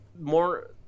more